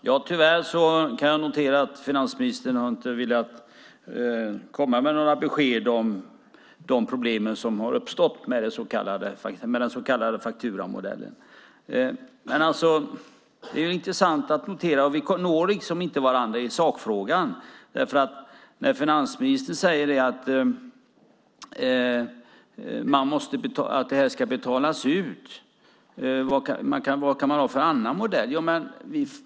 Herr talman! Jag kan tyvärr notera att finansministern inte har velat komma med några besked om de problem som har uppstått med den så kallade fakturamodellen. Det är intressant att notera att vi inte når varandra i sakfrågan. Finansministern säger att det här ska betalas ut och undrar vilken annan modell man kan ha.